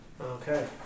Okay